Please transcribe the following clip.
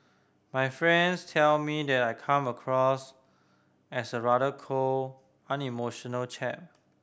my friends tell me that I come across as a rather cold unemotional chap